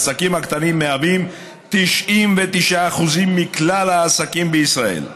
העסקים הקטנים מהווים 99% מכלל העסקים בישראל.